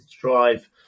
drive